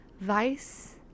vice